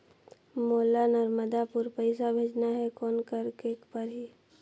मोला नर्मदापुर पइसा भेजना हैं, कौन करेके परही?